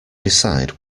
decide